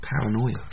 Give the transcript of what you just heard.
paranoia